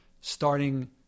starting